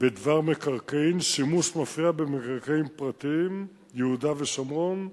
בדבר מקרקעין (שימוש מפריע במקרקעין פרטיים) (יהודה והשומרון),